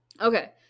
Okay